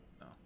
No